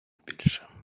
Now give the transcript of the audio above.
більше